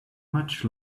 much